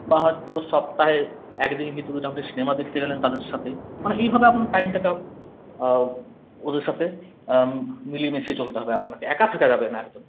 বা হয়তো সপ্তাহে একদিন কি দুদিন আপনি সিনেমা দেখতে গেলেন তাদের সাথে মানে এইভাবে আপনার টাইমটাকে আপনি ওদের সাথে মিলিয়ে মিশিয়ে চলতে হবে আপনাকে একা থাকা যাবে না একদম